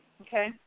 Okay